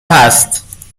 هست